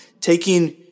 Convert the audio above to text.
taking